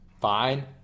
fine